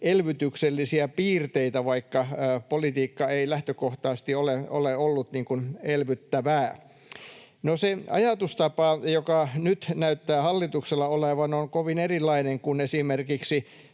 elvytyksellisiä piirteitä, vaikka politiikka ei lähtökohtaisesti ole ollut elvyttävää. Se ajatustapa, joka nyt näyttää hallituksella olevan, on kovin erilainen kuin esimerkiksi